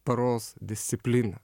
paros disciplina